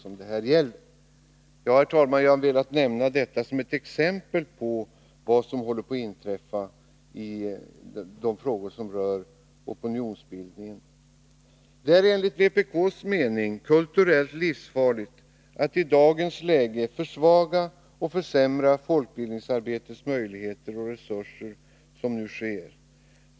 Herr talman! Jag har velat nämna detta som exempel på vad som håller på att inträffa i de frågor som rör opinionsbildningen. Det är enligt vpk:s mening kulturellt livsfarligt att i dagens läge försvaga och försämra folkbildningsarbetets möjligheter och resurser som nu sker.